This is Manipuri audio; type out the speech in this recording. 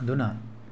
ꯑꯗꯨꯅ